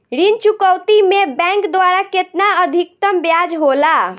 ऋण चुकौती में बैंक द्वारा केतना अधीक्तम ब्याज होला?